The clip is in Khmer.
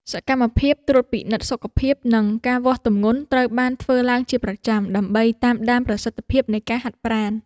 សកម្មភាពត្រួតពិនិត្យសុខភាព និងការវាស់ទម្ងន់ត្រូវបានធ្វើឡើងជាប្រចាំ ដើម្បីតាមដានប្រសិទ្ធភាពនៃការហាត់ប្រាណ។